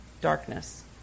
Darkness